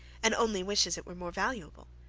and only wishes it were more valuable.